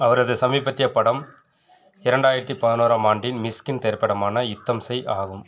அவரது சமீபத்திய படம் இரண்டாயிரத்தி பதினோராம் ஆண்டின் மிஷ்கின் திரைப்படமான யுத்தம் செய் ஆகும்